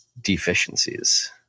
deficiencies